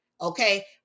okay